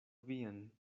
vian